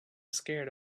scared